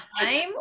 time